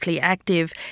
active